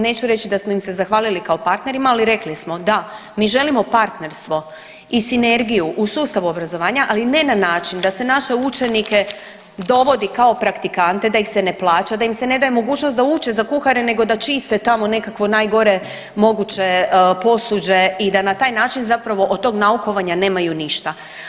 Neću reći da smo im se zahvalili kao partnerima ali rekli smo da mi želimo partnerstvo i sinergiju u sustavu obrazovanja, ali ne na način da se naše učenike dovodi kao praktikante, da ih se ne plaća, da im se ne daje mogućnost da uče za kuhare nego da čiste tamo nekakvo najgore moguće posuđe i da na taj način zapravo od tog naukovanja nemaju ništa.